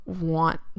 want